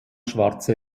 schwarze